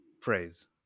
Phrase